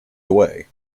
away